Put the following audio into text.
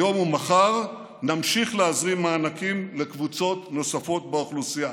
היום ומחר נמשיך להזרים מענקים לקבוצות נוספות באוכלוסייה